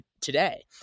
today